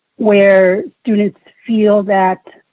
where students feel that